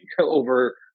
over